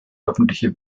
öffentliche